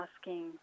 asking